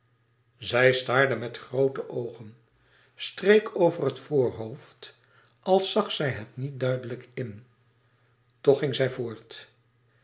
zij staarde met groote oogen streek over het voorhoofd als zag zij het niet duidelijk in toch ging zij voort